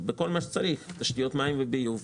בתשתיות מים וביוב,